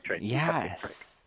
yes